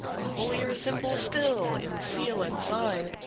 a holier symbol still in seal and sign,